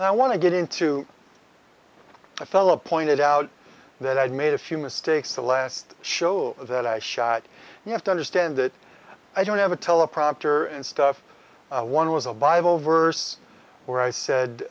and i want to get into fella pointed out that i had made a few mistakes the last show that i shot you have to understand that i don't have a teleprompter and stuff one was a bible verse where i said